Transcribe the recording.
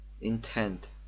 intent